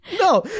No